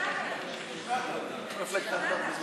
שכנעת אותי.